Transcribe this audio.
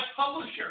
publisher